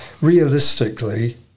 realistically